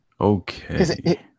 okay